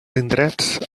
indrets